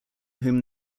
whom